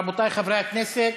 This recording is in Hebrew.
רבותי חברי הכנסת,